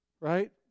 right